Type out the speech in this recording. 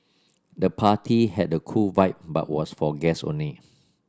the party had a cool vibe but was for guest only